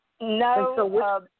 No